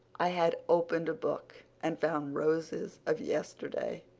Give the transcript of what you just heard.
i had opened a book and found roses of yesterday,